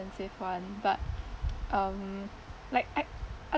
one but um like I